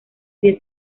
diez